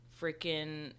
freaking